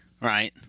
right